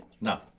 No